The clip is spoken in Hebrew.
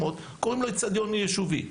קוראים לו אצטדיון יישובי,